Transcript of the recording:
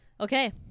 Okay